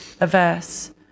averse